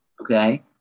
okay